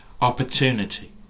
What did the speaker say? opportunity